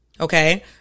Okay